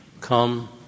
come